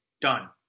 done